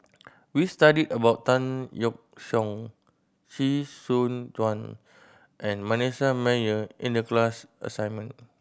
we studied about Tan Yeok Seong Chee Soon Juan and Manasseh Meyer in the class assignment